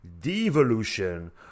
devolution